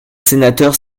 sénateurs